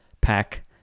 pack